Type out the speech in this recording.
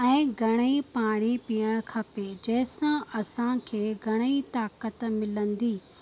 ऐं घणेई पाणी पीअणु खपे जंहिंसां असांखे घणेई ताक़त मिलंदी